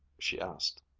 she asked.